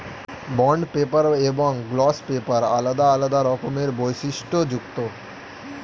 bond paper এবং gloss paper আলাদা আলাদা রকমের বৈশিষ্ট্যযুক্ত